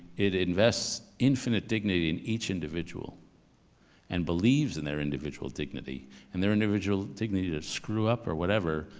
it invests infinite dignity in each individual and believes in their individual dignity and their individual dignity to screw up or whatever,